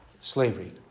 slavery